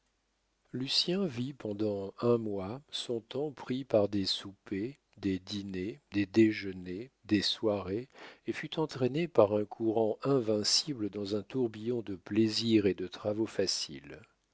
lucien vit pendant un mois son temps pris par des soupers des dîners des déjeuners des soirées et fut entraîné par un courant invincible dans un tourbillon de plaisirs et de travaux faciles